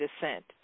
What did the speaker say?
descent